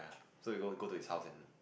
so we go go to his house and